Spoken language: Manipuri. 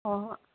ꯍꯣꯏ ꯍꯣꯏ